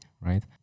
right